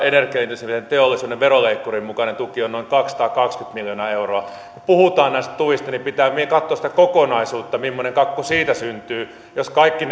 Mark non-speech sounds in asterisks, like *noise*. energiaintensiivisen teollisuuden veroleikkurin mukainen tuki on noin kaksisataakaksikymmentä miljoonaa euroa kun puhutaan näistä tuista niin pitää katsoa sitä kokonaisuutta millainen kakku siitä syntyy jos kaikki *unintelligible*